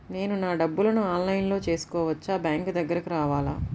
నేను నా డబ్బులను ఆన్లైన్లో చేసుకోవచ్చా? బ్యాంక్ దగ్గరకు రావాలా?